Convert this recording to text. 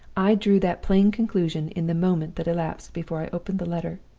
i drew that plain conclusion in the moment that elapsed before i opened the letter.